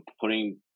putting